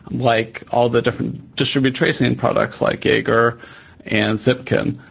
like all the different distributed tracing and products, like jaeger and zipkin,